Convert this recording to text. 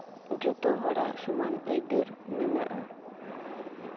ᱡᱚᱛᱚ ᱦᱚᱲᱟᱜ ᱥᱚᱢᱟᱱ ᱟᱹᱭᱫᱟᱹᱨ ᱢᱮᱱᱟᱜᱼᱟ